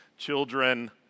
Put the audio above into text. children